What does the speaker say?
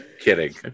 Kidding